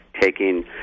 taking